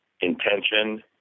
intention